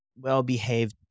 well-behaved